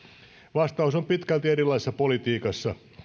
vastaus on pitkälti erilaisissa politiikoissa